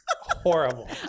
Horrible